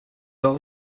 all